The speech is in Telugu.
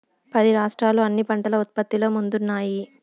పది రాష్ట్రాలు అన్ని పంటల ఉత్పత్తిలో ముందున్నాయి